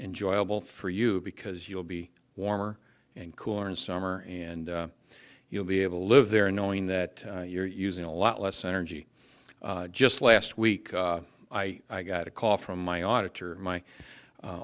enjoyable for you because you'll be warmer and cooler in summer and you'll be able to live there knowing that you're using a lot less energy just last week i got a call from my auditor my